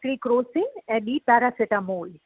हिकिड़ी क्रोसिन ॿी पैरासिटेमॉल